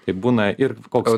tai būna ir koks